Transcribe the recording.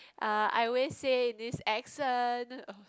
uh I always say this accent